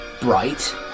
bright